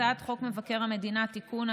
הצעת חוק מבקר המדינה (תיקון,